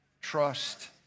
Trust